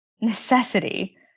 necessity